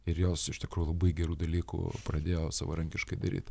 ir jos iš tikrųjų labai gerų dalykų pradėjo savarankiškai daryt